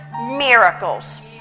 miracles